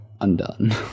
undone